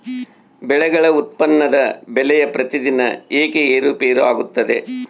ಬೆಳೆಗಳ ಉತ್ಪನ್ನದ ಬೆಲೆಯು ಪ್ರತಿದಿನ ಏಕೆ ಏರುಪೇರು ಆಗುತ್ತದೆ?